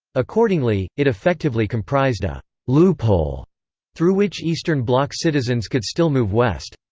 accordingly, it effectively comprised a loophole through which eastern bloc citizens could still move west.